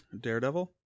Daredevil